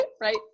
right